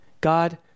God